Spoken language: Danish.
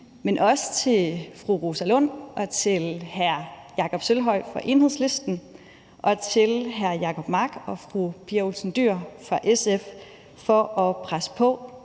men også til fru Rosa Lund og til hr. Jakob Sølvhøj fra Enhedslisten og til hr. Jacob Mark og fru Pia Olsen Dyhr fra SF for at presse på